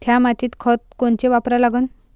थ्या मातीत खतं कोनचे वापरा लागन?